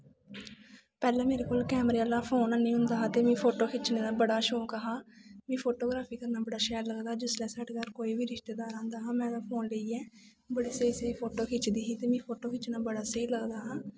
पैह्लें मेरे कोल कैमरे आह्ला फोन नेईं होंदा हा ते मिगी फोटो खिच्चने दा बड़ा शौंक हा मिगी फोटो ग्राफरी करना बड़ा शैल लगदा साढ़े घर जिसलै कोई बी रिश्तेदार आंदा हा में फोन लेइयै बड़े स्हेई स्हेई फोटो खिचदी ही ते मिगी फोटो खिच्चना बड़ा स्हेई लगदा हा